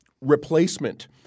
replacement